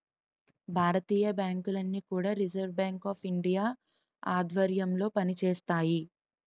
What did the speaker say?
భారతీయ బ్యాంకులన్నీ కూడా reserve bank of India ఆధ్వర్యంలో పనిచేస్తాయి